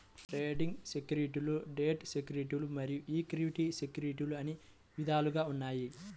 trading సెక్యూరిటీలు debt సెక్యూరిటీలు మరియు ఈక్విటీ సెక్యూరిటీలు అని విధాలుగా ఉంటాయి